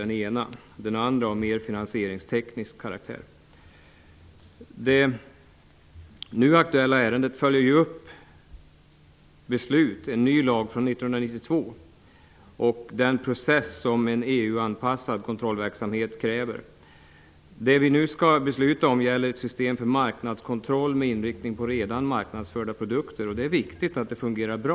Den andra är av mer finansieringsteknisk karaktär. Det nu aktuella ärendet följer upp beslut om en ny lag från 1992 och den process som en EU-anpassad kontrollverksamhet kräver. Det vi nu skall besluta om gäller ett system för marknadskontroll med inriktning på redan marknadsförda produkter. Det är viktigt att det fungerar bra.